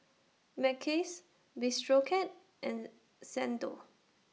Mackays Bistro Cat and Xndo